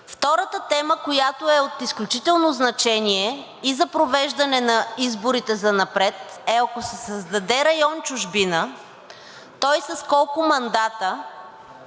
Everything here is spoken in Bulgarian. Втората тема, която е от изключително значение и за провеждане на изборите занапред, е, ако се създаде район „Чужбина“ той с колко мандата